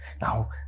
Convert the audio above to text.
Now